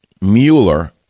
Mueller